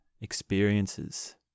experiences